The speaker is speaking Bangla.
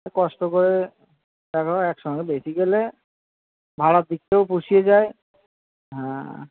কষ্ট করে দেখো একসঙ্গে বেশি গেলে ভাড়ার দিকটাও পুষিয়ে যায় হ্যাঁ